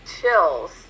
chills